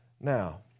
now